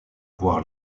avoir